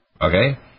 okay